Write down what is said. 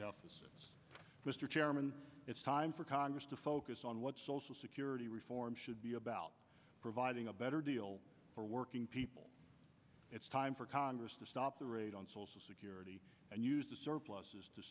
debt mr chairman it's time for congress to focus on what social security reform should be about providing a better deal for working people it's time for congress to stop the raid on social security and use the surpluses to